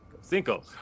cinco